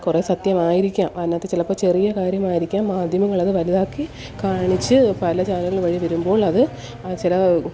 കുറെ സത്യമായിരിക്കാം അതിനകത്ത് ചിലപ്പോൾ ചെറിയ കാര്യമായിരിക്കാം മാധ്യമങ്ങൾ അതു വലുതാക്കി കാണിച്ച് പല ചാനൽ വഴി വരുമ്പോൾ അതു ചില